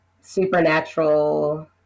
supernatural